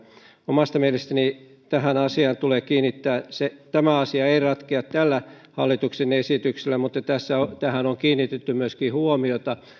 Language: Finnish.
omasta mielestäni tähän asiaan tulee kiinnittää huomiota tämä asia ei ratkea tällä hallituksen esityksellä mutta tähän on kiinnitetty myöskin huomiota